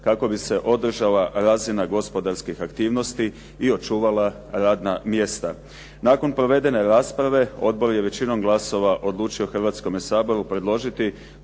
kako bi se održala razina gospodarskih aktivnosti i očuvala radna mjesta. Nakon provedene rasprave odbor je većinom glasova odlučio Hrvatskom saboru predložiti